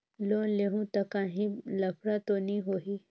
Loan लेहूं ता काहीं लफड़ा तो नी होहि?